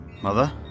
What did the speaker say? Mother